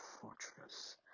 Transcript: fortress